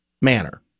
manner